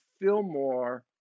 Fillmore